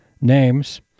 names